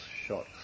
shot